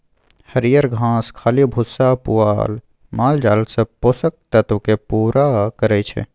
हरियर घास, खल्ली भुस्सा आ पुआर मालजालक सब पोषक तत्व केँ पुरा करय छै